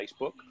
facebook